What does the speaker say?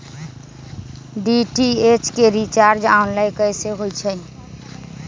DTH के recharge online कैसे होईछई?